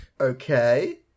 Okay